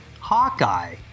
hawkeye